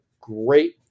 great